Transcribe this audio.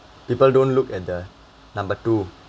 people don't look at the number two